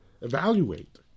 evaluate